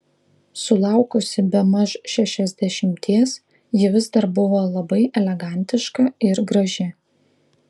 sulaukusi bemaž šešiasdešimties ji vis dar buvo labai elegantiška ir graži